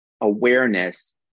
awareness